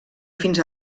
fins